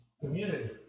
community